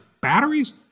batteries